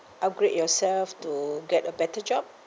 upgrade yourself to get a better job